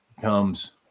comes